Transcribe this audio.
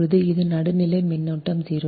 இப்போது இது நடுநிலை மின்னோட்டம் 0